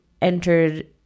entered